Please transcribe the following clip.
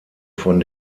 von